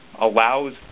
allows